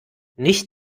nicht